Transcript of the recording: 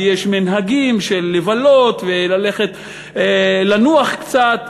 ויש מנהגים של לבלות וללכת לנוח קצת,